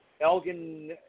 Elgin